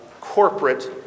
corporate